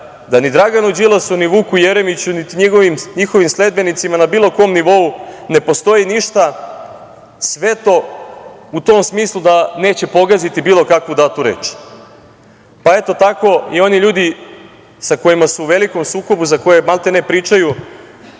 da ni Draganu Đilasu, ni Vuku Jeremiću, niti njihovim sledbenicima na bilo kom nivou ne postoji ništa sveto u tom smislu da neće pogaziti bilo kakvu datu reč. Pa, eto, tako, i oni ljudi sa kojima su u velikom sukobu, za koje maltene pričaju